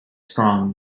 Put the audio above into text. strong